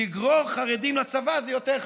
לגרור חרדים לצבא זה יותר חשוב.